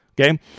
okay